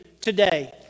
today